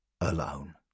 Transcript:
alone